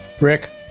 Rick